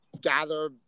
gather